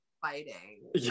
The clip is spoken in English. fighting